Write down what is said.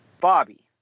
Bobby